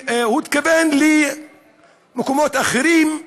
הוא התכוון למקומות אחרים,